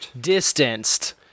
distanced